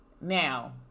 Now